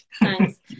Thanks